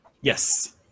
yes